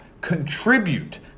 contribute